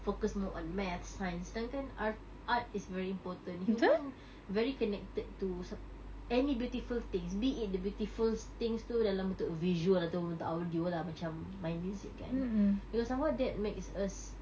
focus on more maths science tapi kan art art is very important human very connected to sap~ any beautiful things be it the beautiful things tu dalam bentuk visual ataupun audio lah macam music kan because somehow that makes us